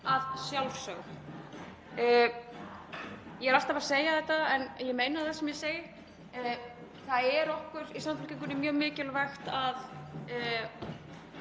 að sjálfsögðu. Ég er alltaf að segja þetta en ég meina það sem ég segi: Það er okkur í Samfylkingunni mjög mikilvægt að